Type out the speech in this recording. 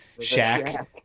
Shaq